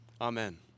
Amen